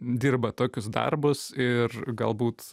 dirba tokius darbus ir galbūt